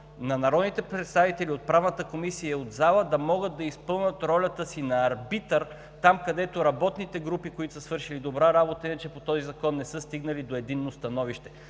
на народните представители от Правната комисия и от залата да могат да изпълнят ролята си на арбитър там, където работните групи, които са свършили добра работа иначе по този закон, не са стигнали до единно становище.